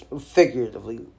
Figuratively